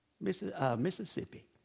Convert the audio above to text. Mississippi